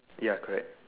ya correct